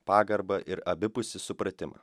pagarbą ir abipusį supratimą